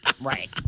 Right